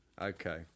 Okay